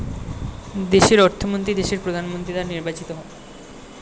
দেশের অর্থমন্ত্রী দেশের প্রধানমন্ত্রী দ্বারা নির্বাচিত হয়